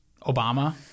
Obama